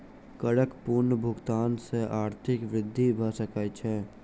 करक पूर्ण भुगतान सॅ आर्थिक वृद्धि भ सकै छै